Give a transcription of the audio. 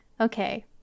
Okay